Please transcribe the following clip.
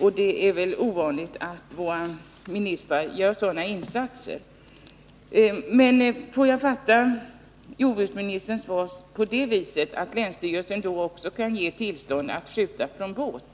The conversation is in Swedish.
och det är väl ovanligt att våra ministrar gör sådana insatser. Får jag fatta jordbruksministerns svar så, att länsstyrelsen kan ge tillstånd att skjuta från båt?